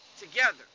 together